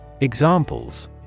Examples